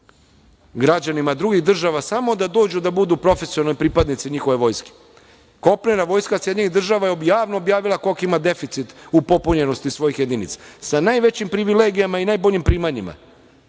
građanima drugih država samo da dođu da budu profesionalni pripadnici njihove vojske. Kopnena vojska SAD je javno objavila koliki ima deficit u popunjenosti svojih jedinica, sa najvećim privilegijama i najboljim primanjima.